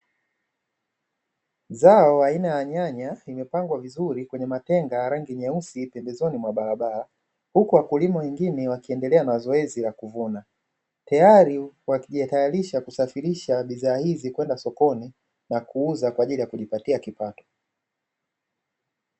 Zao aina la nyanya limepangwa vizuri kwenye matenga yenye rangi nyeusi pembezoni mwa barabara, huku wakulima wakiendelea na zoezi la kuvuna tayari wakijitayarisha kusafirisha bidhaa hizi kwenda sokoni na kuuza ili kujipatia kipato.